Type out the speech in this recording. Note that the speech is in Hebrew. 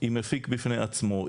עם מפיק בפני עצמו,